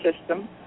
system